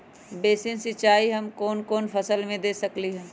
Basin सिंचाई हम कौन कौन फसल में दे सकली हां?